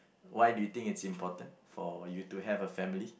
why do you think it's important for you to have a family